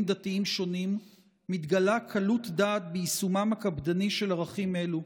דתיים שונים מתגלה קלות דעת ביישומם הקפדני של ערכים אלו,